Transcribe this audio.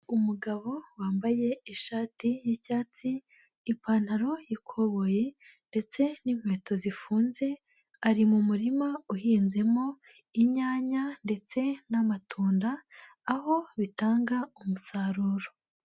Umugabo wambaye ishati y'icyatsi, ipantaro y'ikoboye ndetse n'inkweto zifunze, ari mu murima uhinzemo inyanya ndetse n'amatunda aho bitanga umusaruro.